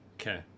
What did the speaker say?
Okay